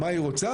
מה היא רוצה,